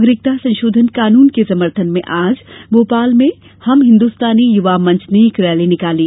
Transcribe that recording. नागरिकता संशोधन कानून के समर्थन में आज भोपाल में हम हिन्दुस्तानी युवा मंच ने एक रैली निकाली